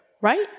right